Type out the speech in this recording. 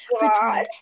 god